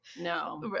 No